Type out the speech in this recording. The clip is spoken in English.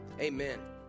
amen